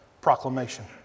proclamation